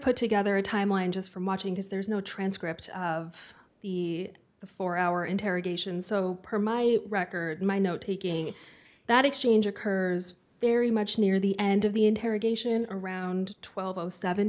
put together a timeline just from watching his there's no transcript of the four hour interrogation so per my record my note taking that exchange occurs very much near the end of the interrogation around twelve o seven